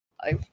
I-